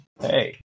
hey